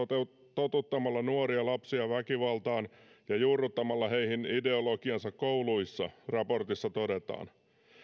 totuttamalla nuoria lapsia väkivaltaan ja juurruttamalla heihin ideologiaansa kouluissa raportissa todetaan